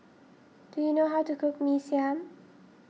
do you know how to cook Mee Siam